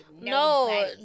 No